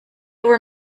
were